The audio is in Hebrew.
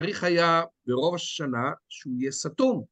צריך היה ברוב השנה שהוא יהיה סתום